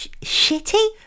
shitty